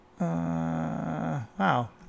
Wow